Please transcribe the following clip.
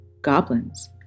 goblins